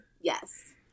yes